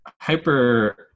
hyper